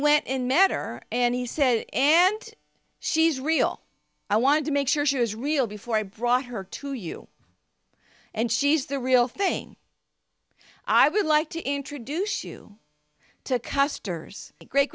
went in matter and he said and she's real i wanted to make sure she was real before i brought her to you and she's the real thing i would like to introduce you to